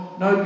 no